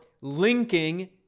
linking